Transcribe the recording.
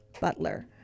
Butler